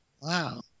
Wow